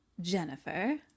Jennifer